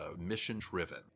mission-driven